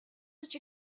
such